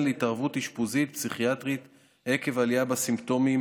להתערבות אשפוזית-פסיכיאטרית עקב העלייה בסימפטומים,